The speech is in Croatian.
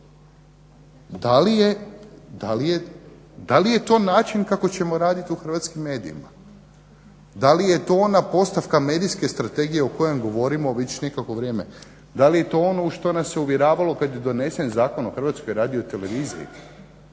Da li je to način kako ćemo raditi u hrvatskim medijima? Da li je to ona postavka medijske strategije u kojem govorimo već neko vrijeme? Da li je to ono u što nas se uvjeravalo kada je donesen Zakon o HRT-u? mislim